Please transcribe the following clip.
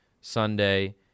Sunday